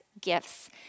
gifts